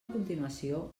continuació